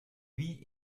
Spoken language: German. wie